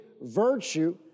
virtue